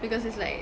because it's like